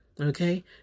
Okay